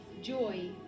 joy